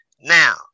Now